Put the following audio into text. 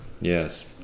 yes